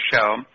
show